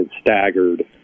staggered